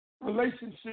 relationship